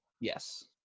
Yes